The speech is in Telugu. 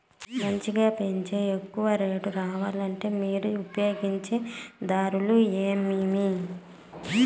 మంచిగా పెంచే ఎక్కువగా రేటు రావాలంటే మీరు ఉపయోగించే దారులు ఎమిమీ?